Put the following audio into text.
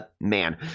Man